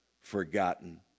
forgotten